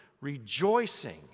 rejoicing